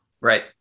Right